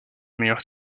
meilleurs